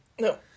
No